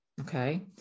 Okay